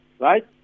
Right